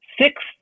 six